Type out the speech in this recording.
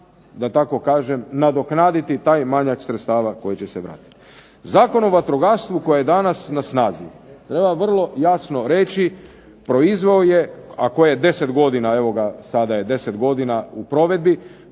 da tako kažem, nadoknaditi taj manjak sredstava koji će se vratiti. Zakon o vatrogastvu koji je danas na snazi treba vrlo jasno reći proizveo je, a koji je 10 godina, evo ga sada je 10 godina u provedbi,